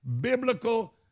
biblical